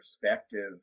perspective